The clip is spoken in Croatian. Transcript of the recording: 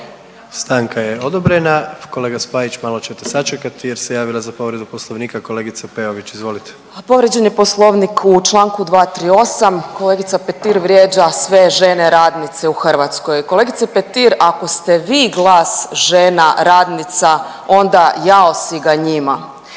Stanka je odobrena. Kolega Spajić, malo ćete sačekati jer se javila za povredu Poslovnika kolegica Peović. Izvolite. **Peović, Katarina (RF)** Povrijeđen je Poslovnik u članku 238. Kolegica Petir vrijeđa sve žene radnice u Hrvatskoj. Kolegice Petir, ako ste vi glas žena radnica onda jao si ga njima.